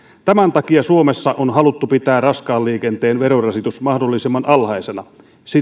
tämän takia suomessa on haluttu pitää raskaan liikenteen verorasitus mahdollisimman alhaisena